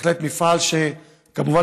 מפעל שכמובן,